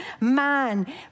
man